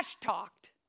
talked